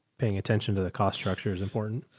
paying attention to the cost structure is important.